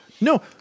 No